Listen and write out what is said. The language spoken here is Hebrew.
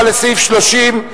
מסירים.